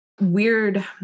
weird